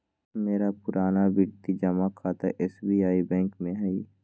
मेरा पुरनावृति जमा खता एस.बी.आई बैंक में हइ